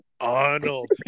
Arnold